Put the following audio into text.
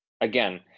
again